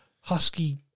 husky